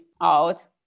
out